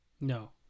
No